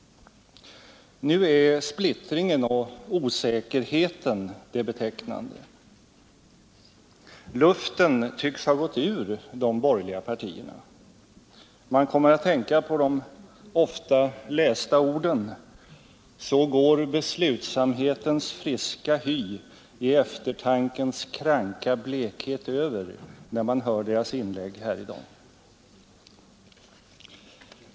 Nu är splittringen och osäkerheten det betecknande. Luften tycks ha gått ur de borgerliga partierna. Man kommer att tänka på de ofta lästa orden: ”Så går beslutsamhetens friska hy i eftertankens kranka blekhet över”, när man hör deras inlägg här i dag.